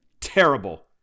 Terrible